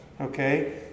Okay